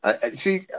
See